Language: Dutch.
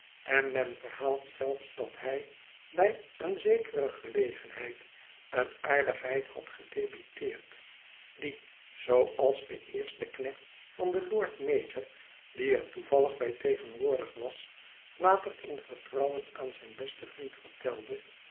en men verhaalt zelfs dat hij bij een zekere gelegenheid een aardigheid had gedebiteerd die zooals de eerste knecht van den lord mayor die er toevallig bij tegenwoordig was later in vertrouwen aan zijn besten vriend vertelde